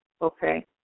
Okay